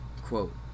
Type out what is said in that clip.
Quote